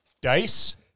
Dice